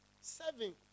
seven